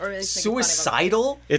suicidal